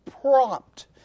prompt